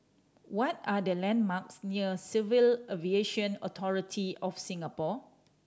what are the landmarks near Civil Aviation Authority of Singapore